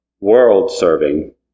world-serving